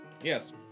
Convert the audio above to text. Yes